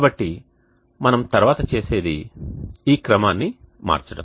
కాబట్టి మనం తర్వాత చేసేది ఈ క్రమాన్ని మార్చడం